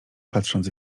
patrząc